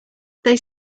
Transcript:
they